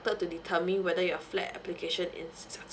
to determine whether your flat application is